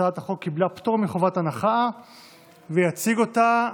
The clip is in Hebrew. הצעת החוק קיבלה פטור מחובת הנחה ויציג אותה,